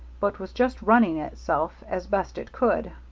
but was just running itself as best it could.